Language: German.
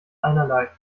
einerlei